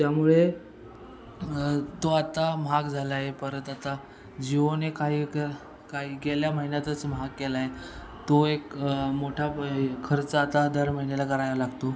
त्यामुळे तो आता महाग झाला आहे परत आता जीओने काही काही गेल्या महिन्यातच महाग केला आहे तो एक मोठा प खर्च आता दर महिन्याला करावा लागतो